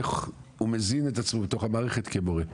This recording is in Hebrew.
איך הוא מזין את עצמו בתוך המערכת כמורה.